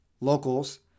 Locals